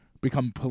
become